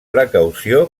precaució